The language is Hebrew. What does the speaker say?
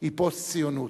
היא פוסט-ציונות.